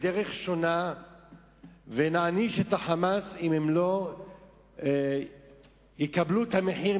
בדרך שונה ונעניש את ה"חמאס" אם הם לא יקבלו את המחיר,